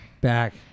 Back